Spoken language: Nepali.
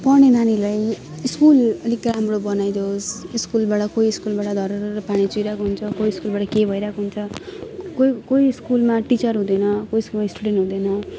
पढ्ने नानीलाई स्कुल अलिक राम्रो बनाइदियोस् स्कुलबाट कोही स्कुलबाट धररर पानी चुहिरहेको हुन्छ कोही स्कुलबाट के भइरहेको हुन्छ कोही कोही स्कुलमा टिचर हुँदैन कोही स्कुलमा स्टुडेन्ट हुँदैन